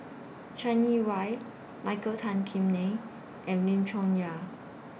Chai Yee Wei Michael Tan Kim Nei and Lim Chong Yah